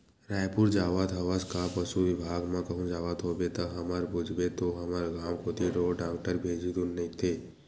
रइपुर जावत हवस का पसु बिभाग म कहूं जावत होबे ता हमर पूछबे तो हमर गांव कोती ढोर डॉक्टर भेजही धुन नइते